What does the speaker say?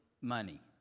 money